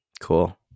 cool